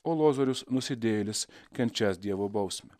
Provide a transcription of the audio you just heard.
o lozorius nusidėjėlis kenčiąs dievo bausmę